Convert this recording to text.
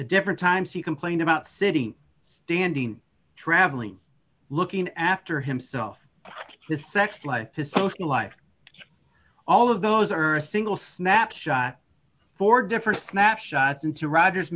at different times he complained about sitting standing travelling looking after himself his sex life his social life all of those are a single snapshot for different snapshots into roger